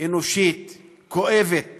אנושית כואבת